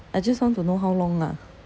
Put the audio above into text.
I just want to know how long lah